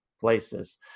places